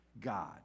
God